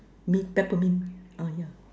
mint Peppermint ah yeah